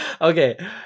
Okay